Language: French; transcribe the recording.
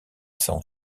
cent